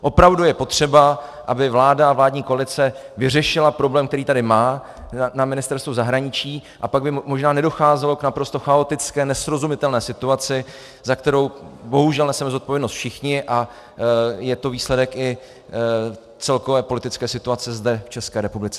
Opravdu je potřeba, aby vláda a vládní koalice vyřešila problém, který tady má na Ministerstvu zahraničí, a pak by možná nedocházelo k naprosto chaotické a nesrozumitelné situaci, za kterou bohužel neseme zodpovědnost všichni, a je to výsledek i celkové politické situace zde v České republice.